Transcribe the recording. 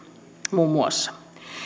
muun muassa